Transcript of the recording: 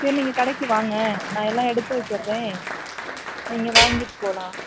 சரி நீங்கள் கடைக்கு வாங்க நான் எல்லாம் எடுத்து வச்சிடுறேன் நீங்கள் வாங்கிட்டு போகலாம்